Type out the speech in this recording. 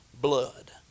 blood